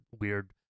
weird